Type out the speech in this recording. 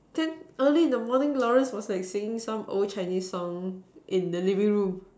then early in the morning Lawrence was like singing some old Chinese song in the living room